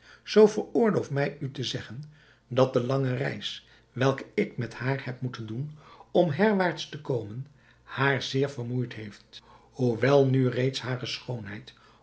zoo veroorloof mij u te zeggen dat de lange reis welke ik met haar heb moeten doen om herwaarts te komen haar zeer vermoeid heeft hoewel nu reeds hare schoonheid